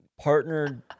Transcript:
partnered